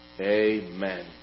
Amen